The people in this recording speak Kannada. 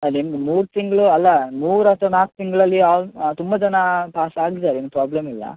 ಹಾಂ ನಿಮ್ಗೆ ಮೂರು ತಿಂಗಳು ಅಲ್ಲ ಮೂರು ಅಥವಾ ನಾಲ್ಕು ತಿಂಗಳಲ್ಲಿ ತುಂಬ ಜನ ಪಾಸ್ ಆಗಿದ್ದಾರೆ ಏನೂ ಪ್ರಾಬ್ಲಮ್ ಇಲ್ಲ